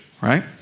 Right